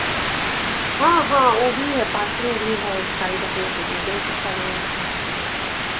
हाँ हाँ वो भी है पार्किंग भी है गाड़ी रखने के लिए बहुत अच्छा व्यवस्था है